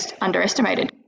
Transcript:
underestimated